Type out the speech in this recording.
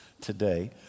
today